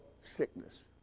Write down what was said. sickness